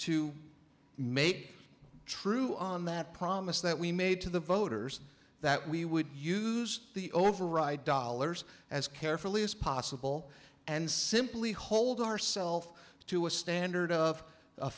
a true on that promise that we made to the voters that we would use the override dollars as carefully as possible and simply hold ourself to a standard of